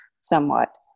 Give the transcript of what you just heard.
somewhat